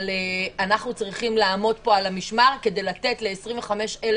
אנחנו צריכים לעמוד כאן על המשמר כדי לתת ל-25,000